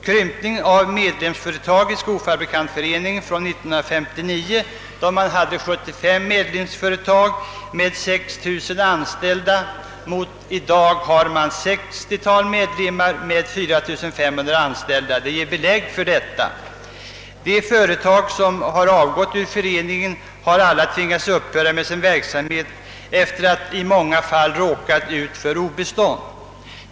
Krympningen av antalet medlemsföretag i skofabrikantföreningen — 1959 hade man 75 medlemsföretag med 6 000 anställda och i dag har man ett 60-tal medlemmar med 4 500 anställda — ger belägg för detta påstående. De företag som har gått ur föreningen har alla tvingats upphöra med sin verksamhet efter att i många fall ha råkat i obestånd.